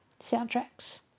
soundtracks